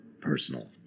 Personal